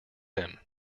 him